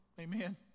Amen